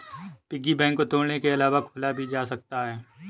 piggy bank को तोड़ने के अलावा खोला भी जा सकता है